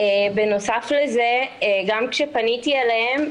כשפניתי אליהם,